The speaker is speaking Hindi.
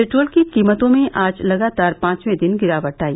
पेट्रोल की कीमतों में आज लगातार पांचवें दिन गिरावट आई